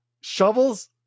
shovels